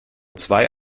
zwei